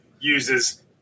uses